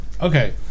okay